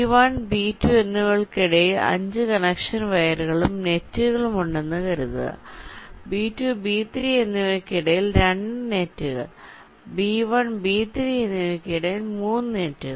B1 B2 എന്നിവക്കിടയിൽ 5 connection വയറുകളും നെറ്റുകളും ഉണ്ടെന്ന് കരുതുക B2 B3 എന്നിവക്കിടയിൽ 2 നെറ്റുകൾ B1 B3 എന്നിവക്കിടയിൽ 3 നെറ്റുകൾ